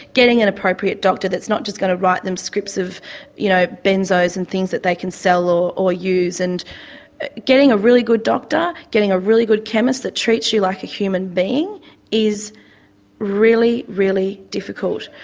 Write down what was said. getting an appropriate doctor that's not just going to write them scrips of you know benzos and things that they can sell ah or use, and getting a really good doctor, getting a really good chemist that treats you like a human being is really, really difficult.